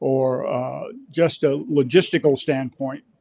or just a logistical standpoint,